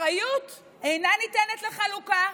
אחריות אינה ניתנת לחלוקה.